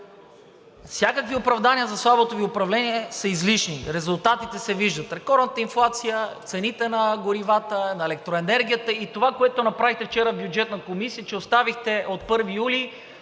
всякакви оправдания за слабото Ви управление са излишни. Резултатите се виждат – рекордната инфлация, цените на горивата, на електроенергията и това, което направихте вчера в Бюджетната комисия – оставихте от 1 юли